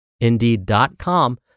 indeed.com